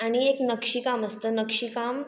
आणि एक नक्षीकाम असतं नक्षीकाम